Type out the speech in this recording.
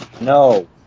No